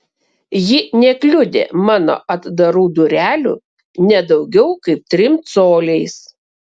ji nekliudė mano atdarų durelių ne daugiau kaip trim coliais